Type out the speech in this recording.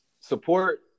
support